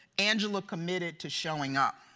angela committed to showing up,